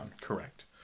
Correct